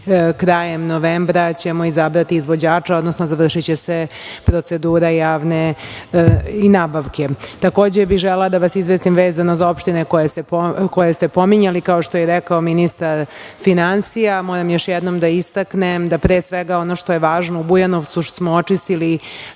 krajem novembra ćemo izabrati izvođača, odnosno završiće se procedura javne nabavke. Takođe bih želela da vas izvestim vezano za opštine koje ste pominjali. Kao što je rekao ministar finansija, moram još jednom da istaknem, pre svega ono što je važno u Bujanovcu, što smo očistili